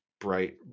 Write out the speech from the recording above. bright